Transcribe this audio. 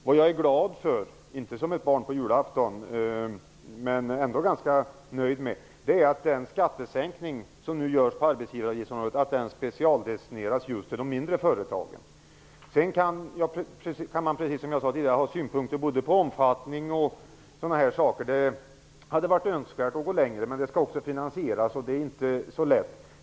Vad jag är glad för - inte som ett barn på julafton, men ändå ganska nöjd - är att den skattesänkning som nu görs på arbetsgivarområdet specialdestineras till de mindre företagen. Precis som jag sade tidigare kan man ha synpunkter på omfattningen. Det hade varit önskvärt att gå längre. Men det skall också finansieras, och det är inte så lätt.